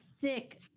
thick